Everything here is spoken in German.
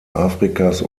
afrikas